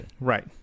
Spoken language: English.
Right